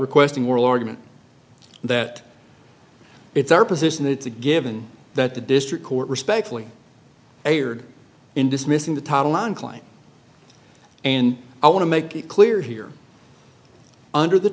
requesting moral argument that it's our position it's a given that the district court respectfully erred in dismissing the title on client and i want to make it clear here under the